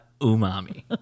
umami